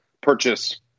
purchase